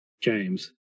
James